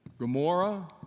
Gomorrah